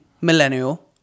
Millennial